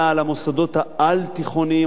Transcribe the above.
אלא על המוסדות העל-תיכוניים,